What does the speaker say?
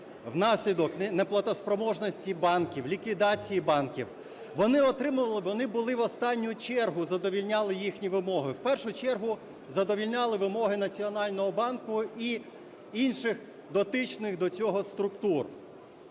внаслідок неплатоспроможності банків, ліквідації банків, вони отримували... Вони були… В останню чергу задовольняли їхні вимоги. В першу чергу задовольняли вимоги Національного банку і інших дотичних до цього структур.